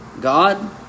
God